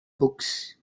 books